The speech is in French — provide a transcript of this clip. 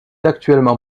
actuellement